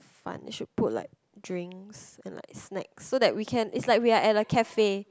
fun they should put like drinks and like snacks so that we can its like we are at a cafe